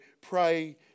pray